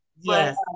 Yes